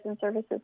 services